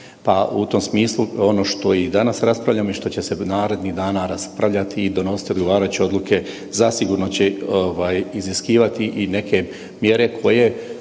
Pa u tom smislu ono što i danas raspravljamo i što će se narednih dana raspravljati i donositi odgovarajuće odluke zasigurno će iziskivati i neke mjere koje